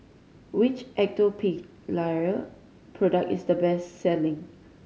which Atopiclair product is the best selling